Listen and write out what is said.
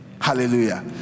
hallelujah